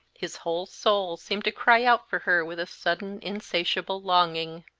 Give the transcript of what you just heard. his whole soul seemed to cry out for her with a sudden, insatiable longing.